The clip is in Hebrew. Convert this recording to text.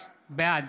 בעד